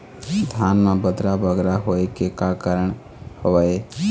धान म बदरा बगरा होय के का कारण का हवए?